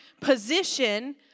position